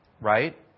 Right